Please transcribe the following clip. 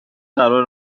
قرار